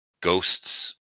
ghosts